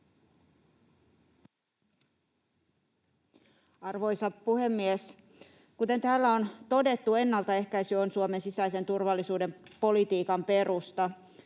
Arvoisa puhemies! Kuten täällä on todettu, ennaltaehkäisy on Suomen sisäisen turvallisuuden politiikan perusta.